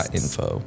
info